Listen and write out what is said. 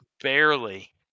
barely